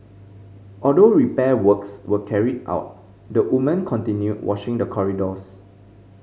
although repair works were carried out the woman continued washing the corridors